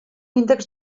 índex